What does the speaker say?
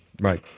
Right